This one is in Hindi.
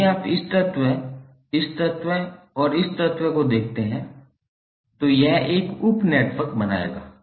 यदि आप इस तत्व इस तत्व और इस तत्व को देखते हैं तो यह एक उप नेटवर्क बनाएगा